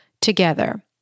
together